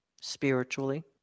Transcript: spiritually